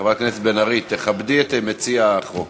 חברת הכנסת בן ארי, תכבדי את מציע החוק.